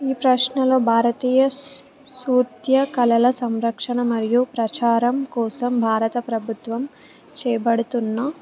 ఈ ప్రశ్నలో భారతీయ నృత్య కళల సంరక్షణ మరియు ప్రచారం కోసం భారత ప్రభుత్వం చేయబడుతున్న